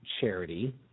charity